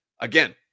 Again